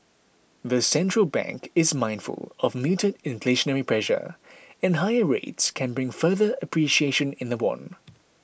the central bank is mindful of muted inflationary pressure and higher rates can bring further appreciation in the won